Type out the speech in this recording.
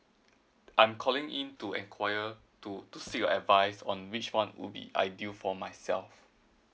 I'm calling in to enquire to to seek your advice on which one would be ideal for myself